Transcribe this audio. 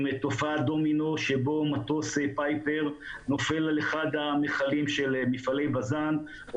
תופעת דומינו בה מטוס פייפר נופל על אחד המכלים של מפעלי בז"ן או